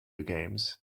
games